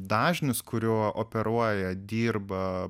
dažnis kuriuo operuoja dirba